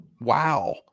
Wow